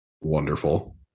wonderful